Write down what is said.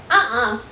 ah